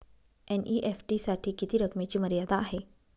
NEFT साठी किती रकमेची मर्यादा आहे?